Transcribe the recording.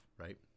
right